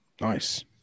nice